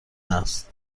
است